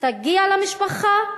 תגיע למשפחה,